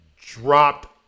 dropped